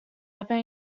ever